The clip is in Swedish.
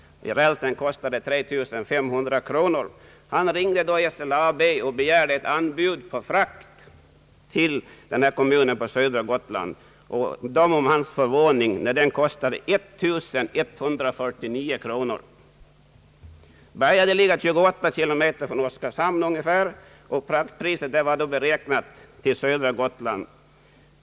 Rälsen kostade 3 500 kronor. Han ringde då SLAB och begärde ett anbud på frakt till denna kommun på södra Gotland. Döm om hans förvåning när frakten kostade 1149 kronor. Berga ligger ungefär 28 km från Oskarshamn, och fraktpriset var då beräknat till södra Gotland.